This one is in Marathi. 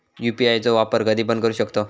यू.पी.आय चो वापर कधीपण करू शकतव?